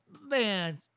man